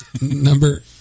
number